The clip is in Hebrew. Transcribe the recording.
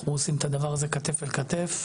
אנחנו עושים את הדבר הזה כתף אל כתף.